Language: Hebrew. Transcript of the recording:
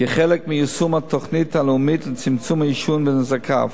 כחלק מיישום התוכנית הלאומית לצמצום העישון ונזקיו.